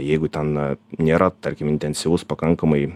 jeigu ten nėra tarkim intensyvus pakankamai